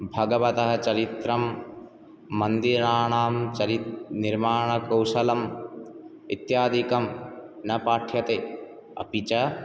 भगवतः चरित्रं मन्दिराणां चरित निर्माणकौशलम् इत्यादिकं न पाठ्यते अपि च